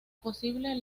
posible